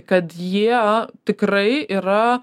kad jie tikrai yra